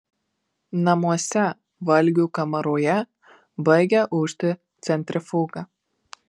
namuose valgių kamaroje baigia ūžti centrifuga